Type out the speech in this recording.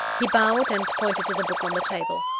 he bowed, and pointed to the book on the table.